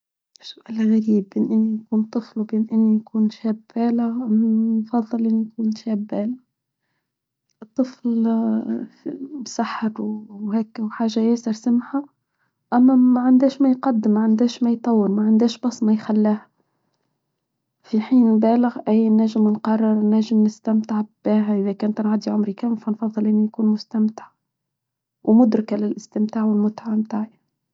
سؤال غريب بين إني يكون طفل وبين إني يكون شاب بالغ أفضل إني يكون شاب بالغ الطفل مسحر وهكا وحاجة يسر سمحة أما ما عندهش ما يقدم ما عندهش ما يطور ما عندهش بص ما يخلى في حين بالغ أي ناجم نقرر ناجم نستمتع بباها إذا كانت العادي عمري كامل فأنا أفضل أن يكون مستمتع ومدركة للاستمتاع والمتعة تاعي.